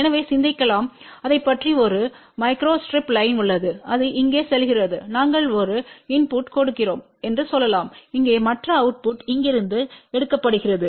எனவே சிந்திக்கலாம் அதைப் பற்றி ஒரு மைக்ரோஸ்ட்ரிப் லைன் உள்ளது இது இங்கே செல்கிறது நாங்கள் ஒரு இன்புட்டைக் கொடுக்கிறோம் என்று சொல்லலாம் இங்கே மற்றும் அவுட்புட் இங்கிருந்து எடுக்கப்படுகிறது